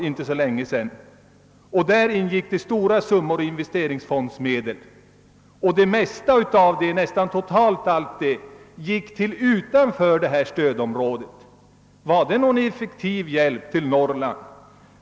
Investeringsfondsmedel skulle därvid i stor utsträckning användas men nästan allt gick till platser utanför stödområdet. Var detta någon effektiv hjälp till Norrland?